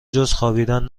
جزخوابیدن